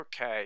Okay